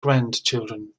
grandchildren